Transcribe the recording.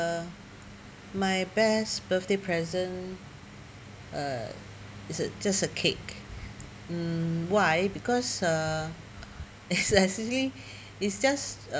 uh my best birthday present uh is a just a cake mm why because uh is actually is just uh